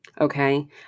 okay